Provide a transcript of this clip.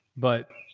but.